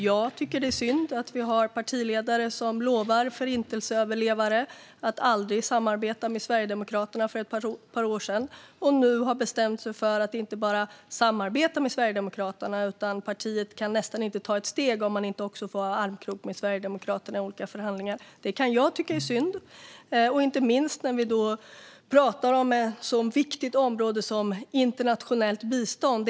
Jag tycker att det är synd att vi har partiledare som för ett par år sedan lovade Förintelseöverlevare att aldrig samarbeta med Sverigedemokraterna och som nu inte bara har bestämt sig för att samarbeta med dem utan också har försatt sig i ett läge där partiet inte ens kan ta ett steg om man inte får ta armkrok med Sverigedemokraterna i olika förhandlingar. Det kan jag tycka är synd, inte minst när vi pratar om ett så viktigt område som internationellt bistånd.